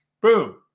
boom